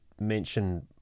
mention